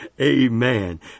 Amen